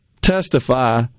testify